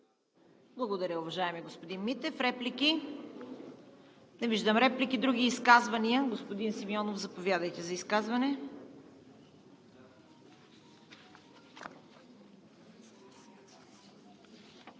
Благодаря, уважаеми господин Митев. Реплики? Не виждам. Други изказвания? Господин Симеонов, заповядайте за изказване.